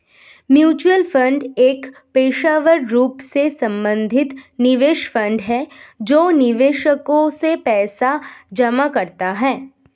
mutual fund एक पेशेवर रूप से प्रबंधित निवेश फंड है जो निवेशकों से पैसा जमा कराता है